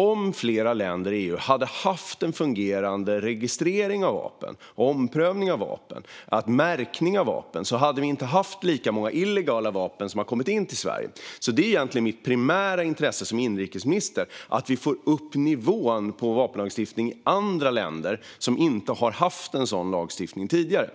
Om flera länder i EU hade haft en fungerande registrering av vapen, omprövning av vapen och märkning av vapen hade vi nämligen inte haft lika många illegala vapen som hade kommit in till Sverige. Det är egentligen mitt primära intresse som inrikesminister - att vi får upp nivån på vapenlagstiftningen i andra länder som inte har haft en sådan lagstiftning tidigare.